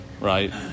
right